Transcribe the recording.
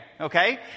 okay